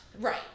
right